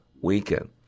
weekend